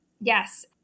Yes